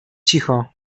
cicho